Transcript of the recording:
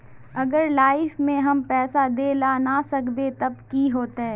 अगर लाइफ में हम पैसा दे ला ना सकबे तब की होते?